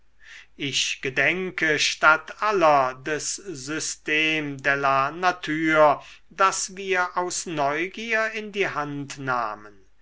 ich gedenke statt aller des systme de la nature das wir aus neugier in die hand nahmen